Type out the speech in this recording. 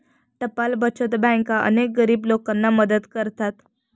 टपाल बचत बँका अनेक गरीब लोकांना मदत करतात